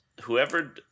whoever